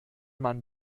man